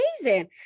amazing